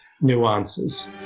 nuances